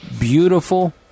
beautiful